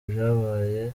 byabaye